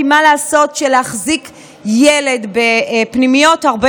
כי מה לעשות שלהחזיק ילד בפנימיות הרבה